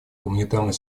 гуманитарной